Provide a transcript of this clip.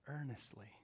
earnestly